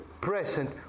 present